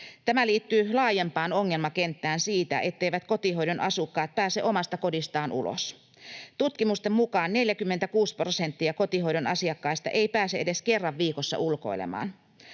Tämä liittyy laajempaan ongelmakenttään siitä, etteivät kotihoidon asukkaat pääse omasta kodistaan ulos. Tutkimusten mukaan 46 prosenttia kotihoidon asiakkaista ei pääse edes kerran viikossa ulkoilemaan.